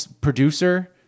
producer